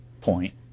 point